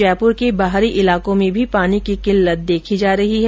जयपुर के बाहरी इलाको में भी पानी की किल्लत देखी जा रही है